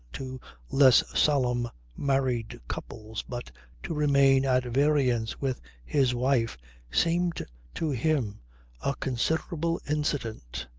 to less solemn married couples, but to remain at variance with his wife seemed to him a considerable incident.